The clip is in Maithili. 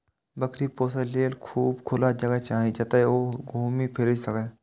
बकरी पोसय लेल खूब खुला जगह चाही, जतय ओ घूमि फीरि सकय